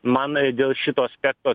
man dėl šito aspekto